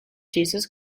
jesus